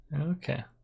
Okay